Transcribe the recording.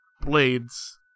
Blades